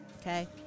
okay